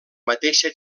mateixa